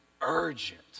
urgent